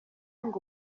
ngo